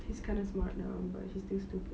he's kind of smart now but he's still stupid